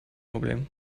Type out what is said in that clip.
problem